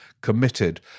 committed